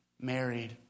married